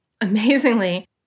Amazingly